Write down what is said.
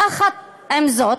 יחד עם זאת,